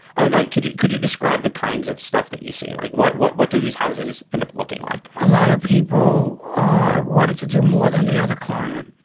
i like could you could you describe the kinds of stuff that you see? like what what what do these houses end up looking like? a lot of people are wanting to do more than the other client.